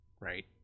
Right